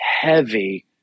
heavy